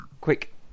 quick